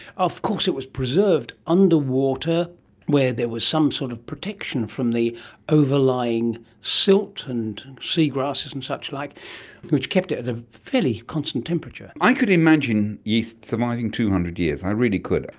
of course it was preserved under water where there was some sort of protection from the overlying silt and sea grasses and suchlike which kept it at a fairly constant temperature. i could imagine yeast surviving two hundred years, i really could.